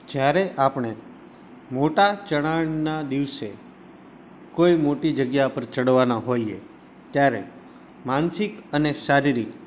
જયારે આપણે મોટા ચઢાણના દિવસે કોઈ મોટી જગ્યા પર ચઢવાના હોઈએ ત્યારે માનસિક અને શારીરિક